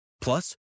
Plus